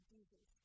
Jesus